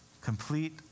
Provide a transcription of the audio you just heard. complete